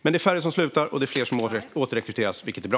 Men det är färre som slutar och fler som återrekryteras, vilket är bra.